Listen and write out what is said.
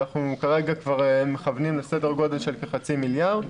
אנחנו כרגע מכוונים לסדר גודל של כחצי מיליארד.